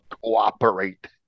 cooperate